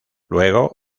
luego